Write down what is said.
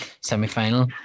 semi-final